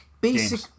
Basic